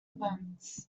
events